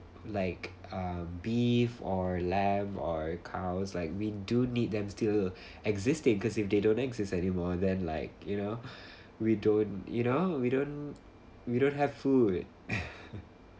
like um beef or lamb or cows like we do need them still existing cause if they don't exist anymore then like you know we don't you know we don't we don't have food